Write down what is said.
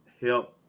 help